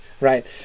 right